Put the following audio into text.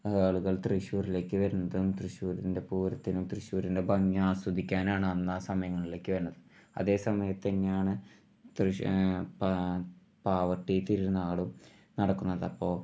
ആളുകൾ തൃശ്ശൂരിലേക്ക് വരുന്നതും തൃശ്ശൂരിൻ്റെ പൂരത്തിനും തൃശ്ശൂരിൻ്റെ ഭംഗി ആസ്വദിക്കാനാണ് അന്ന് ആ സമയങ്ങളിലേക്ക് വന്നത് അതേ സമയത്ത് തന്നെ ആണ് തൃശൂർ പാവർട്ടി തിരുന്നാളും നടക്കുന്നതപ്പോൾ